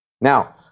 Now